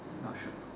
not sure